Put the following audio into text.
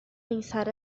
pensar